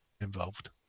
involved